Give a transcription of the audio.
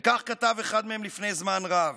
וכך כתב אחד מהם לפני זמן רב: